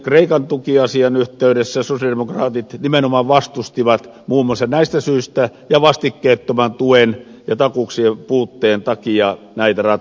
kreikan tukiasian yhteydessä sosialidemokraatit nimenomaan vastustivat muun muassa näistä syistä ja vastikkeettoman tuen ja takuiden puutteen takia näitä ratkaisuja